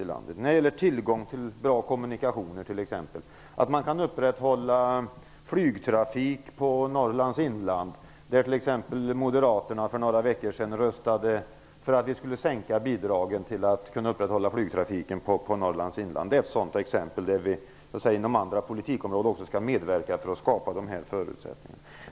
Det gäller t.ex. tillgång till bra kommunikationer, att man kan upprätthålla flygtrafik på Norrlands inland - för några veckor sedan röstade Moderaterna för en sänkning av bidragen för att ett upprätthållande av flygtrafiken på Norrlands inland - vilket är ett sådant exempel där man inom andra politikområden skall medverka till att skapa förutsättningar.